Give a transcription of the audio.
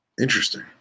Interesting